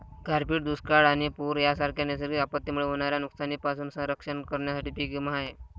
गारपीट, दुष्काळ आणि पूर यांसारख्या नैसर्गिक आपत्तींमुळे होणाऱ्या नुकसानीपासून संरक्षण करण्यासाठी पीक विमा आहे